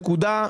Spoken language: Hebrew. נקודה,